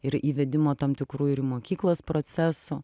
ir įvedimo tam tikrų ir mokyklos procesų